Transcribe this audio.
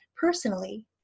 personally